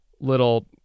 little